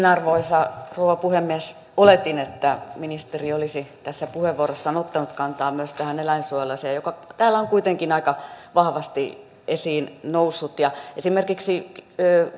arvoisa rouva puhemies oletin että ministeri olisi tässä puheenvuorossaan ottanut kantaa myös tähän eläinsuojeluasiaan joka täällä on kuitenkin aika vahvasti esiin noussut esimerkiksi